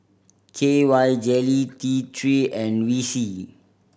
K Y Jelly T Three and Vichy